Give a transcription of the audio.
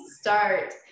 start